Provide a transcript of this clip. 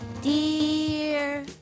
Dear